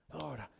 Lord